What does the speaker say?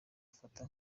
afata